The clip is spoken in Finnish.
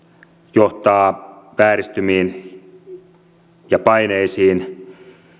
johtaa vääristymiin ja paineisiin